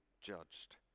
judged